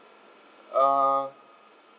uh